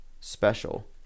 special